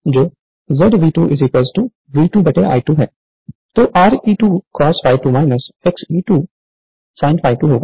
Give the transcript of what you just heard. तो Re2 cos ∅2 Xe2 sin∅2 होगा